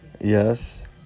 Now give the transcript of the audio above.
Yes